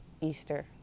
Easter